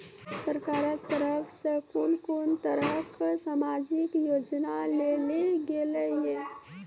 सरकारक तरफ सॅ कून कून तरहक समाजिक योजना चलेली गेलै ये?